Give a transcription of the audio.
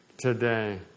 today